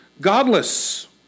godless